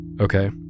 okay